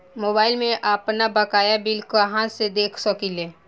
Mobile में आपनबकाया bill कहाँसे देख सकिले?